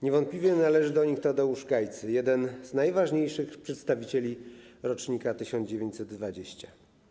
Niewątpliwie należy do nich Tadeusz Gajcy, jeden z najważniejszych przedstawicieli rocznika 1920.